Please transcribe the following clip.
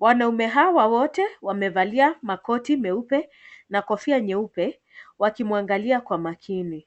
Wanaume hawa wote ,wamevalia makoti meupe na kofia nyeupe, wakimwangalia kwa makini.